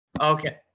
Okay